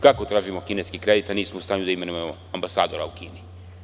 Kako tražimo kineski kredit a nismo u stanju da imenujemo ambasadora u Kini?